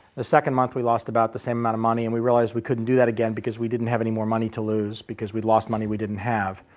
the second month we lost about the same amount of money and we realized we couldn't do that again because we didn't have any more money to lose because we'd lost money we didn't have.